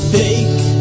fake